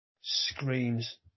Screams